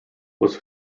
was